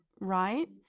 right